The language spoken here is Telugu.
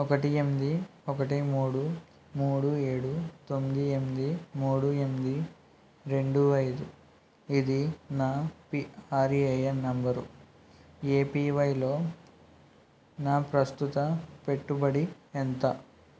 ఒకటి ఎనిమిది ఒకటి మూడు మూడు ఏడు తొమ్మిది ఎమ్ది మూడు ఎనిమిది రెండు అయిదు ఇది నా పిఆర్ఏఎన్ నెంబరు ఏపివైలో నా ప్రస్తుత పెట్టుబడి ఎంత